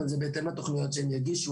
אבל זה בהתאם לתוכניות שהן הגישו,